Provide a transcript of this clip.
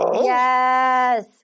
Yes